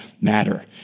matter